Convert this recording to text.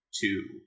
two